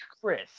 Chris